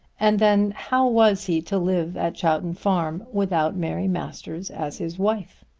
and then how was he to live at chowton farm without mary masters as his wife?